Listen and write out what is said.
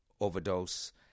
overdose